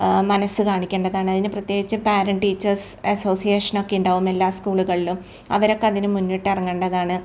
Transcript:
മനസ്സ് കാണിക്കേണ്ടതാണ് അതിന് പ്രത്യേകിച്ച് പേരെൻ്റ് ടീച്ചേർസ് അസോസിയേഷൻ ഒക്കെ ഉണ്ടാവും എല്ലാ സ്കൂളുകളിലും അവരൊക്കെ അതിന് മുന്നിട്ട് ഇറങ്ങേണ്ടതാണ്